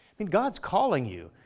i mean god's calling you,